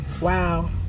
wow